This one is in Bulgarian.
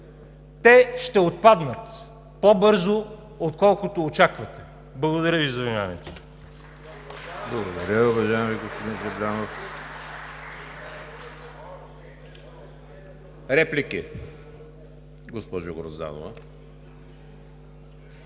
Те ще отпаднат по-бързо, отколкото очаквате. Благодаря Ви за вниманието.